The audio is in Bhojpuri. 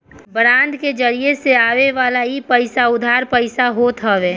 बांड के जरिया से आवेवाला इ पईसा उधार पईसा होत हवे